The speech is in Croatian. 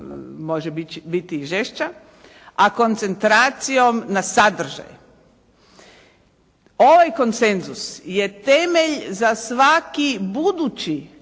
može biti i žešća, a koncentracijom na sadržaj. Ovaj konsenzus je temelj za svaki budući